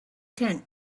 tent